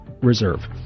Reserve